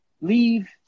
leave